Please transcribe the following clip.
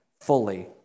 fully